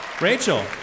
Rachel